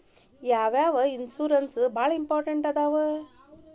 ಯಾವ್ಯಾವ ಇನ್ಶೂರೆನ್ಸ್ ಬಾಳ ಇಂಪಾರ್ಟೆಂಟ್ ಅದಾವ?